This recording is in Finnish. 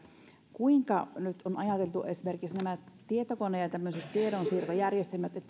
kuinka nyt on ajateltu esimerkiksi näitten tietokone ja tämmöisten tiedonsiirtojärjestelmien